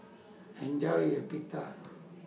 Enjoy your Pita